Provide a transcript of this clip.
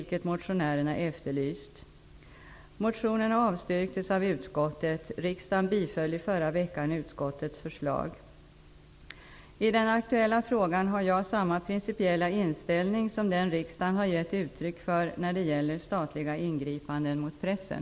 I den aktuella frågan har jag samma principiella inställning som den riksdagen har gett uttryck för när det gäller statliga ingripanden mot pressen.